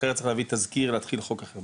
אחרת צריך להביא תזכיר, להתחיל חוק אחר.